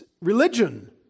religion